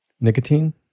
nicotine